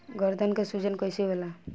गर्दन के सूजन कईसे होला?